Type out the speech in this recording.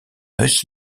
est